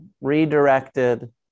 redirected